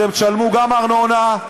אתם תשלמו גם ארנונה,